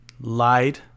Lied